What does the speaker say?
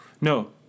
No